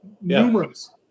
Numerous